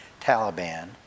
Taliban